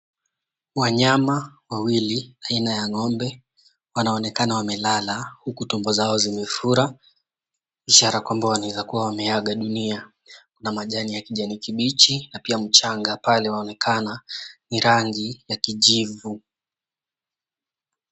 Wanyama wawili aina ya ng'ombe wanaonekana wamelala huku tumbo zao zimefura. Ishara kwamba wanaweza kuwa wameaga dunia. Kuna majani ya kijani kibichi na pia mchanga pale waonekana ni rangi ya kijivu.